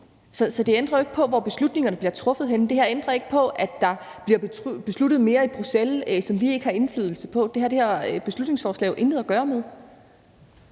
Så det ændrer jo ikke på, hvor beslutningerne bliver truffet henne. Det her ændrer ikke på, at der bliver besluttet mere i Bruxelles, som vi ikke har indflydelse på. Det har det her beslutningsforslag jo intet at gøre med.